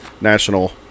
national